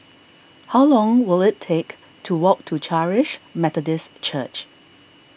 how long will it take to walk to Charis Methodist Church